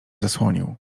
zasłonił